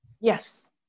Yes